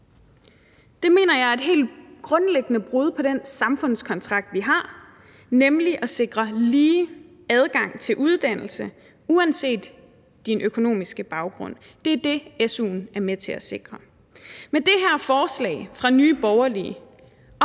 Det mener jeg ville være et helt grundlæggende brud på den samfundskontrakt, vi har, nemlig at sikre lige adgang til uddannelse uanset din økonomiske baggrund. Det er det, su'en er med til at sikre. Det her forslag fra Nye Borgerlige